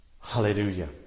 Hallelujah